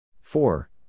Four